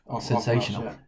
Sensational